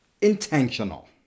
intentional